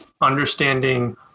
understanding